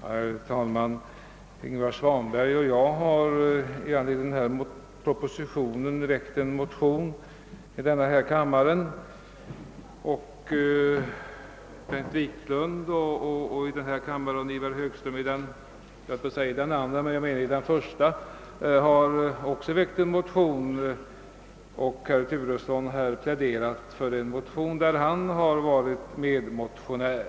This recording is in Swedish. Herr talman! Ingvar Svanberg och jag har i anledning av proposition nr 20 väckt en motion, nr II: 958, i frågan. Bengt Wiklund i denna kammare och Ivar Högström i första kammaren har väckt de likalydande motionerna I: 753 och II: 960, och herr Turesson har här pläderat för reservationen, som bygger på motionsparet I: